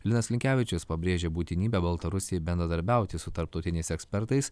linas linkevičius pabrėžė būtinybę baltarusijai bendradarbiauti su tarptautiniais ekspertais